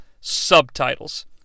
subtitles